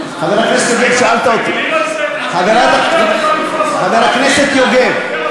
שההצעה, חבר הכנסת יוגב, שאלת אותי.